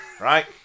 Right